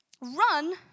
Run